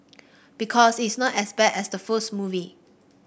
because it's not as bad as the first movie